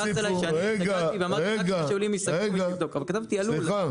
--- אבל כתבתי עלול,